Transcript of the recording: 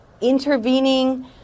Intervening